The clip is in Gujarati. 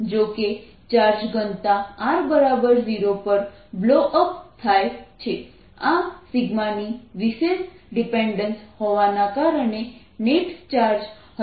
જોકે ચાર્જ ઘનતા r0 પર બ્લો અપ થાય છે આ ની વિશેષ ડિપેન્ડેન્સ હોવાને કારણે નેટ ચાર્જ હજી પણ ફાયનાઈટ છે